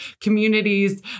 communities